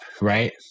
right